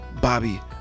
Bobby